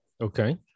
Okay